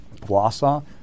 Wausau